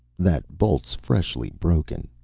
that bolt's freshly broken.